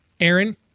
Aaron